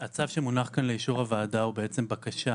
הצו שמונח כאן לאישור הוועדה הוא בעצם בקשה